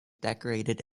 decorated